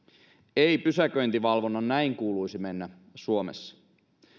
ei pysäköintivalvonnan näin kuuluisi mennä suomessa